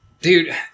Dude